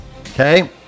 Okay